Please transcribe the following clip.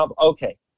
Okay